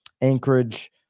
Anchorage